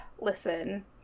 listen